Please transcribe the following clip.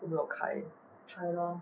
都没有开